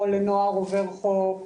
או לנוער עובר חוק,